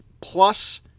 plus